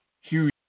Huge